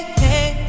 hey